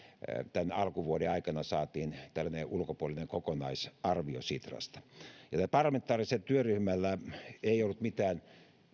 tämän alkuvuoden aikana saatiin tällainen ulkopuolinen kokonaisarvio sitrasta tällä parlamentaarisella työryhmällä ei ollut mitään